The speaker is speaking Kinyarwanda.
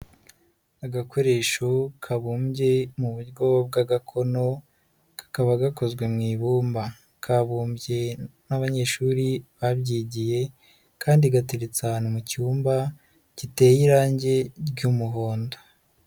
Agakoresho kabumbye mu buryo bw'agakono kakaba gakozwe mu ibumba, kabumbye n'abanyeshuri babyigiye kandi gateriretse ahantu mu cyumba giteye irangi ry'umuhondo.